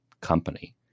company